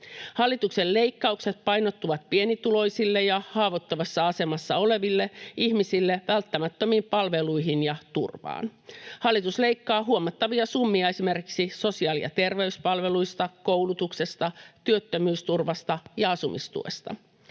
Hallituksen leikkaukset painottuvat pienituloisille ja haavoittuvassa asemassa oleville ihmisille välttämättömiin palveluihin ja turvaan. Hallitus leikkaa huomattavia summia esimerkiksi sosiaali- ja terveyspalveluista, koulutuksesta, työttömyysturvasta ja asumistuesta.